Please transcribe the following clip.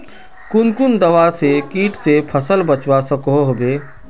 कुन कुन दवा से किट से फसल बचवा सकोहो होबे?